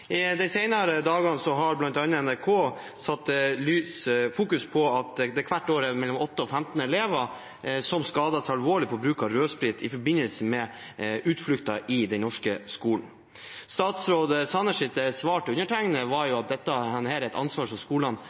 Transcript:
I de senere dagene har NRK satt fokus på at det hvert år er mellom 8 og 15 elever som skader seg alvorlig ved bruk av rødsprit i forbindelse med utflukter i den norske skolen. Statsråd Sanners svar til undertegnede er at dette er et ansvar